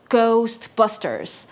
Ghostbusters